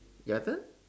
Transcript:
your turn